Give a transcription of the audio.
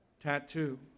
tattoo